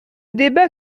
débat